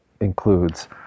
includes